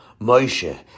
Moshe